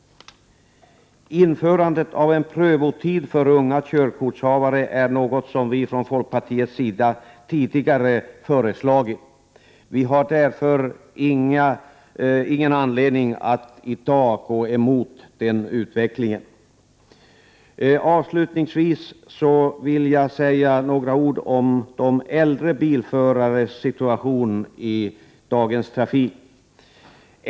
Införande av en prövotid för unga körkortshavare är något som vi från folkpartiets sida tidigare föreslagit. Vi har därför ingen anledning att i dag gå emot den utvecklingen. Avslutningsvis vill jag säga några ord om de äldre bilförarnas situation i dagens trafik.